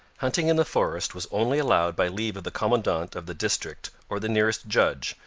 hunting in the forest was only allowed by leave of the commandant of the district or the nearest judge,